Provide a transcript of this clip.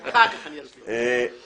פעם אחת מגיע השליח עם דואר רשום.